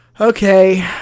okay